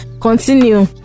Continue